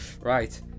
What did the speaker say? right